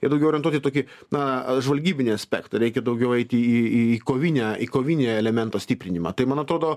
jie daugiau orientuoti į tokį na žvalgybinį aspektą reikia daugiau eiti į į kovinę į kovinį elemento stiprinimą tai man atrodo